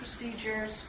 procedures